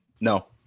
No